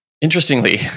Interestingly